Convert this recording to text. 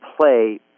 play